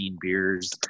beers